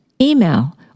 email